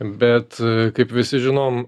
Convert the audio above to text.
bet kaip visi žinom